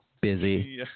Busy